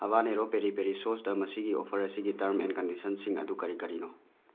ꯍꯥꯕꯥꯅꯦꯔꯣ very very such ꯃꯁꯤꯒꯤ offer ꯑꯁꯤꯒꯤ term and ꯀꯟꯗꯤꯁꯟꯁꯤꯡ ꯑꯗꯨ ꯀꯔꯤ ꯀꯔꯤꯅꯣ